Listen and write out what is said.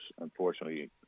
unfortunately